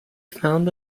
found